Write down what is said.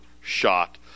shot